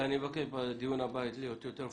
אני מבקש בדיון הבא להיות יותר מפורטים.